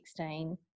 2016